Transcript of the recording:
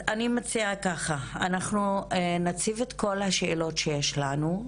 אני מציעה כך: אנחנו נציף את כל השאלות שיש לנו,